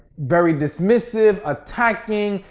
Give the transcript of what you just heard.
very dismissive, attacking,